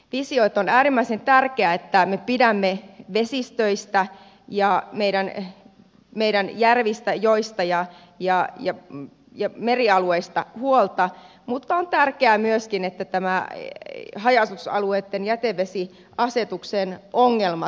on äärimmäisen tärkeää että me pidämme vesistöistä ja meidän järvistä joista ja merialueista huolta mutta on tärkeää myöskin että näiden haja asutusalueitten jätevesiasetuksen ongelmat tunnustetaan